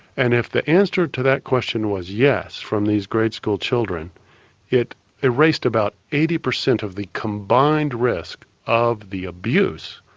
and if the answer to that question was yes from these grade school children it erased about eighty percent of the combined risk of the abuse,